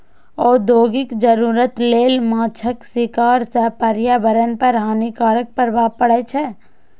औद्योगिक जरूरत लेल माछक शिकार सं पर्यावरण पर हानिकारक प्रभाव पड़ै छै